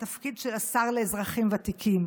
התפקיד של השר לאזרחים ותיקים.